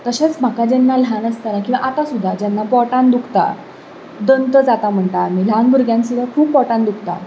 तशेंच म्हाका जेन्ना ल्हान आसताना किंवां आतां सुद्दां जेन्ना पोटांत दुखता तेन्ना दंत जाता म्हणटा आमी ल्हान भुरग्यांक सुद्दां खूब पोटांत दुखता